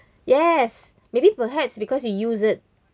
yes maybe perhaps because you use it